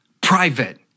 private